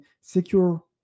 secure